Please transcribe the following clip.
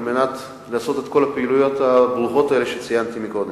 מנת לעשות את כל הפעולות הברוכות האלה שציינתי קודם.